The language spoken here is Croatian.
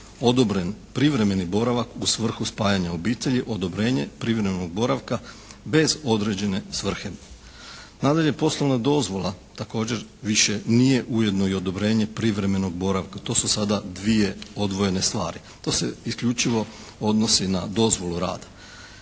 odobren privremeni boravak u svrhu spajanja obitelji odobrenje privremenog boravka bez određene svrhe. Nadalje poslovna dozvola također više nije ujedno i odobrenje privremenog boravka. To su sada dvije odvojene stvari. To se isključivo odnosi na dozvolu rada.